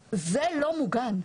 זה לא מוגן.